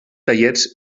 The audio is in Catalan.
tallers